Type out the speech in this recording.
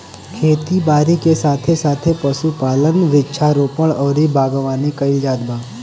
खेती बारी के साथे साथे पशुपालन, वृक्षारोपण अउरी बागवानी कईल जात बा